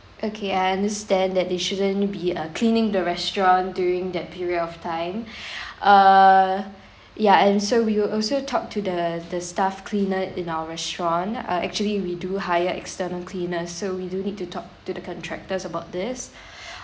okay I understand that they shouldn't be uh cleaning the restaurant during that period of time err yeah and so we will also talk to the the staff cleaner in our restaurant uh actually we do hire external cleaner so we do need to talk to the contractors about this